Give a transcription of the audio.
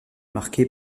marquée